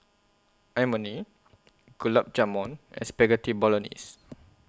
Imoni Gulab Jamun and Spaghetti Bolognese